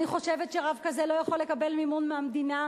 אני חושבת שרב כזה לא יכול לקבל מימון מהמדינה,